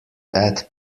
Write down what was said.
add